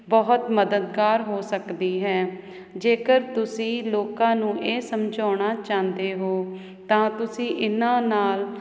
ਬਹੁਤ ਮਦਦਗਾਰ ਹੋ ਸਕਦੀ ਹੈ ਜੇਕਰ ਤੁਸੀਂ ਲੋਕਾਂ ਨੂੰ ਇਹ ਸਮਝਾਉਣਾ ਚਾਹੁੰਦੇ ਹੋ ਤਾਂ ਤੁਸੀਂ ਇਹਨਾਂ ਨਾਲ